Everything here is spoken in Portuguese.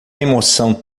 emoção